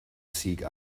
seek